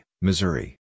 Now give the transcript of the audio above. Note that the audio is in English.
Missouri